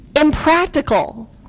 impractical